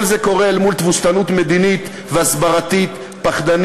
כל זה קורה אל מול תבוסתנות מדינית והסברתית פחדנית,